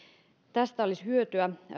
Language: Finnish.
tästä olisi hyötyä